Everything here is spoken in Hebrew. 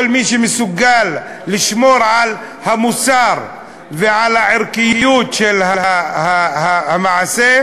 כל מי שמסוגל לשמור על המוסר ועל הערכיות של המעשה,